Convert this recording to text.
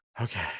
Okay